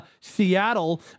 Seattle